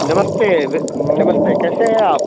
नमस्ते नमस्ते कैसे हैं आप